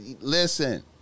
listen